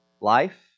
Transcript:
life